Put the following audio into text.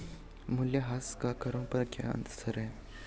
मूल्यह्रास का करों पर क्या असर है?